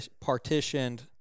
partitioned